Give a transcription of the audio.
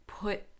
Put